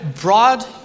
broad